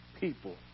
people